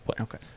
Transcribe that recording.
Okay